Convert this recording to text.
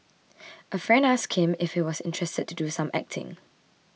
a friend asked him if he was interested to do some acting